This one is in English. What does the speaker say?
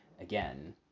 again